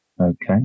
Okay